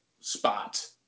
spot